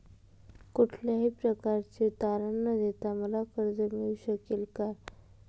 कुठल्याही प्रकारचे तारण न देता मला कर्ज मिळू शकेल काय?